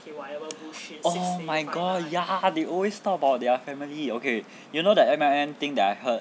oh my god ya they always talk about their family okay you know that M_L_M thing that I heard